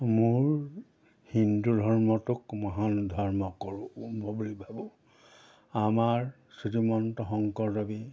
মোৰ হিন্দু ধৰ্মটোক মহান ধৰ্ম কৰোঁ বুলি ভাবোঁ আমাৰ শ্ৰীমন্ত শংকৰদেৱে